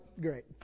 great